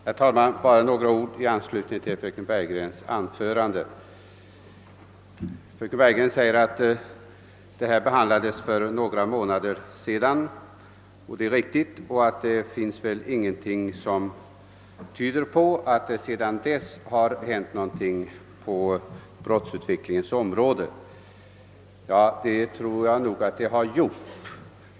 Herr talman! Bara några ord i anslutning till fröken Bergegrens anförande. Fröken Bergegren säger att denna fråga behandlades för några månader sedan — det är riktigt — och att det inte finns någonting som tyder att det sedan dess har hänt någonting på brottsutvecklingens område. Jo, det har det gjort.